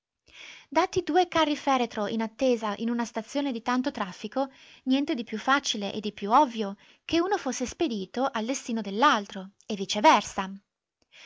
dati due carri-feretro in attesa in una stazione di tanto traffico niente di più facile e di più ovvio che uno fosse spedito al destino dell'altro e viceversa